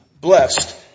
blessed